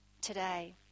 today